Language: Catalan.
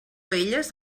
elles